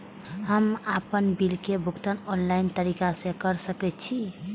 हम आपन बिल के भुगतान ऑनलाइन तरीका से कर सके छी?